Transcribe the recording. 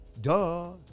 duh